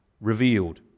revealed